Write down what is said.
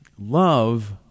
Love